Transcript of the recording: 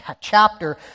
chapter